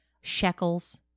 Shekels